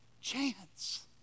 chance